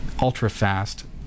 ultra-fast